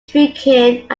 drinking